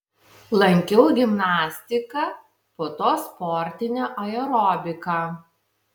lankiau gimnastiką po to sportinę aerobiką